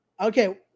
Okay